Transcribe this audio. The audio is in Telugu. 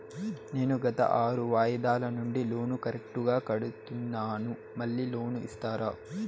నేను గత ఆరు వాయిదాల నుండి లోను కరెక్టుగా కడ్తున్నాను, మళ్ళీ లోను ఇస్తారా?